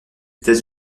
états